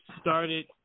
started